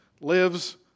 lives